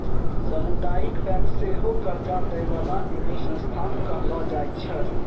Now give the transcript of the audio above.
समुदायिक बैंक सेहो कर्जा दै बाला एगो संस्थान कहलो जाय छै